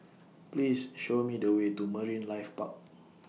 Please Show Me The Way to Marine Life Park